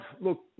look